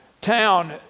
town